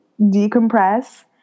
decompress